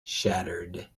shattered